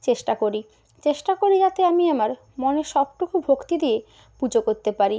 চেষ্টা করি চেষ্টা করি যাতে আমি আমার মনের সবটুকু ভক্তি দিয়ে পুজো করতে পারি